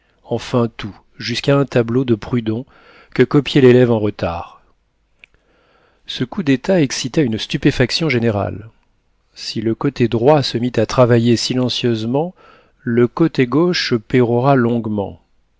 enfin tout jusqu'à un tableau de prudhon que copiait l'élève en retard ce coup d'état excita une stupéfaction générale si le côté droit se mit à travailler silencieusement le côté gauche pérora longuement